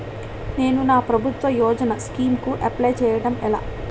నేను నా ప్రభుత్వ యోజన స్కీం కు అప్లై చేయడం ఎలా?